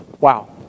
wow